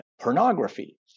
pornography